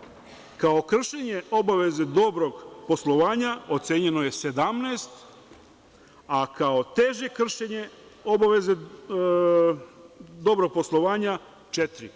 - kao kršenje obaveze dobrog poslovanja ocenjeno je 17, a kao teže kršenje obaveze dobrog poslovanja četiri.